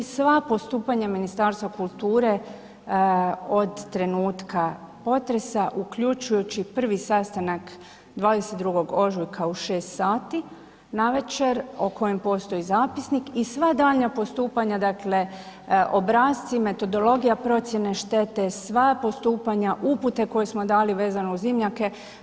Sva postupanja Ministarstva kulture od trenutka potresa uključujući prvi sastanak 22.ožujka u 6 sati navečer o kojem postoji zapisnik i sva daljnja postupanja, dakle obrasci, metodologija procjene štete, sva postupanja, upute koje smo dali vezano uz dimnjake.